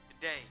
today